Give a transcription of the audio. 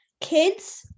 Kids